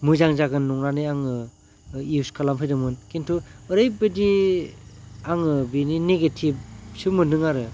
मोजां जागोन नंनानै आङो इउस खालामफैदोंमोन खिनथु ओरैबायदि आङो बिनि नेगेटिभसो मोनदों आरो